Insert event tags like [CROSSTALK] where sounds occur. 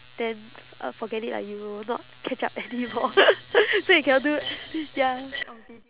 then uh forget it lah you will not catch up anymore [LAUGHS] so you cannot do ya